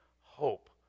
hope